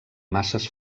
masses